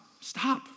stop